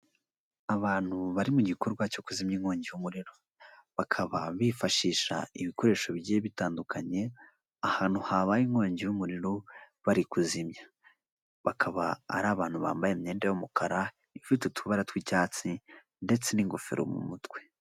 Abantu bari mu gikorwa cyo kuzimya inkongi y'umuriro, bakaba bifashisha ibikoresho bigiye bitandukanye. Ahantu habaye inkongi y'umuriro bari kuzimya, bakaba ari abantu bambaye imyenda y'umukara, ifite utubara tw'icyatsi, ndetse n'ingofero mu mutwe.